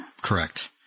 Correct